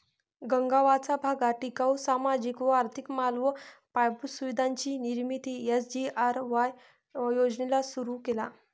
गगावाचा भागात टिकाऊ, सामाजिक व आर्थिक माल व पायाभूत सुविधांची निर्मिती एस.जी.आर.वाय योजनेला सुरु केला